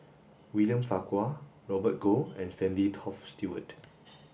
William Farquhar Robert Goh and Stanley Toft Stewart